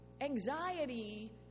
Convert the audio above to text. anxiety